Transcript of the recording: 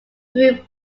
through